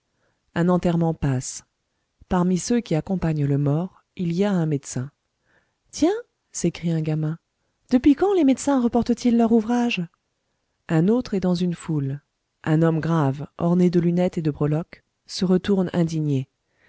un enterrement passe parmi ceux qui accompagnent le mort il y a un médecin tiens s'écrie un gamin depuis quand les médecins reportent ils leur ouvrage un autre est dans une foule un homme grave orné de lunettes et de breloques se retourne indigné